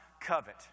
covet